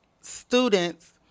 students